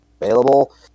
available